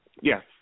Yes